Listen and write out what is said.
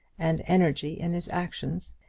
and energy in his actions,